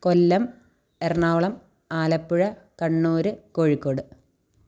Kollam Ernakulam Alappuzha Kannur Kozhikode